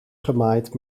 gemaaid